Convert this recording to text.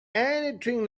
anything